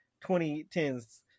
2010s